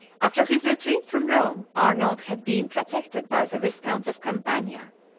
after his retreat from rome, arnold had been protected by the viscounts of campania,